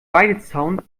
weidezaun